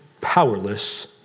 powerless